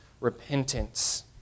repentance